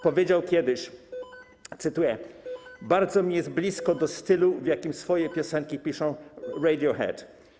Powiedział kiedyś, cytuję: Bardzo mi jest blisko do stylu, w jakim swoje piosenki piszą Radiohead.